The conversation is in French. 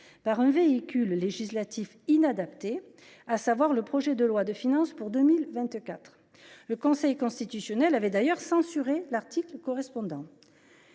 un véhicule législatif inadapté, à savoir le projet de loi de finances pour 2024. Le Conseil constitutionnel avait d’ailleurs censuré l’article correspondant.